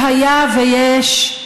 שהיה ויש,